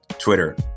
Twitter